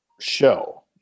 show